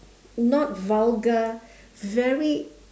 not vulgar very